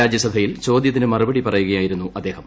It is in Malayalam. രാജ്യസഭയിൽ ചോദ്യത്തിന് മറുപടി പറയുകയായിരുന്നു അദ്ദേഹം